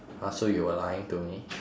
!huh! so you were lying to me